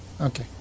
Okay